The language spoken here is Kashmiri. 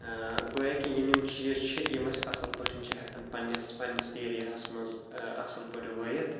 گویا کہِ یِم یِم چیٖز چھِ یِم أسۍ اَصٕل پٲٹھۍ چھِ ہٮ۪کان پنٛنِس پنٛنِس ایریاہَس منٛز اَصٕل پٲٹھۍ ؤیِتھ